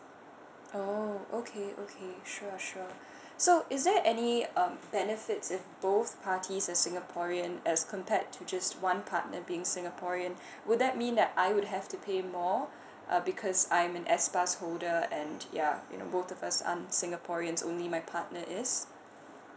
oh okay okay sure sure so is there any um benefits if both parties are singaporean as compared to just one partner being singaporean would that mean that I would have to pay more uh because I'm an S pass holder and yeah you know both of us aren't singaporeans only my partner is